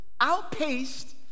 Outpaced